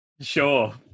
Sure